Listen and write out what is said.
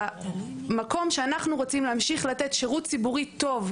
במקום שאנחנו רוצים להמשיך לתת שירות ציבורי טוב,